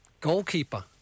goalkeeper